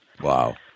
Wow